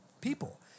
people